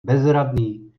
bezradný